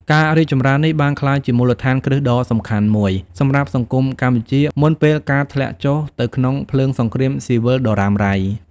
ការរីកចម្រើននេះបានក្លាយជាមូលដ្ឋានគ្រឹះដ៏សំខាន់មួយសម្រាប់សង្គមកម្ពុជាមុនពេលការធ្លាក់ចុះទៅក្នុងភ្លើងសង្គ្រាមស៊ីវិលដ៏រ៉ាំរ៉ៃ។